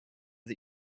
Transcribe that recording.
sie